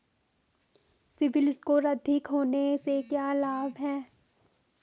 CIBIL score अधिक होने से क्या लाभ हैं?